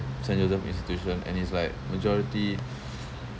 saint joseph's institution and it's like majority